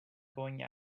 going